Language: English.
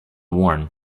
worn